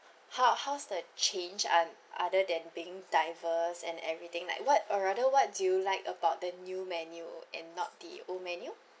how how's the change and other than being diverse and everything like what or rather what do you like about the new menu and not the old menu